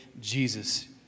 Jesus